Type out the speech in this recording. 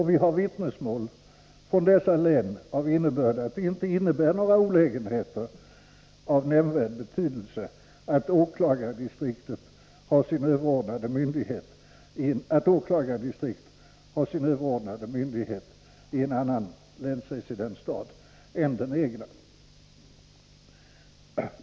Vi har vittnesmål från dessa län av innebörd att det inte innebär några olägenheter av nämnvärd betydelse att åklagardistrikt har sin överordnade myndighet i en annan länsresidensstad än den egna.